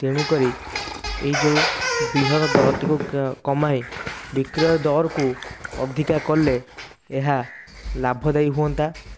ତେଣୁ କରି ଏଇ ଯେଉଁ ବିହନ ଦରଟିକୁ କମାଇ ବିକ୍ରୟ ଦରକୁ ଅଧିକା କଲେ ଏହା ଲାଭଦାୟୀ ହୁଅନ୍ତା